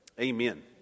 Amen